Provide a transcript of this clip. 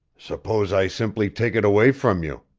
suppose i simply take it away from you,